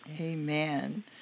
Amen